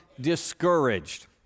discouraged